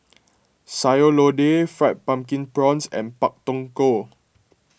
Sayur Lodeh Fried Pumpkin Prawns and Pak Thong Ko